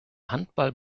handball